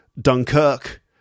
Dunkirk